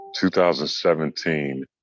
2017